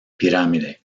pirámide